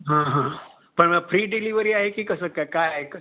हां हां पण फ्री डिलिवरी आहे की कसं काय काय आहे कसं